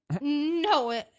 no